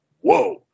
whoa